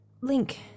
link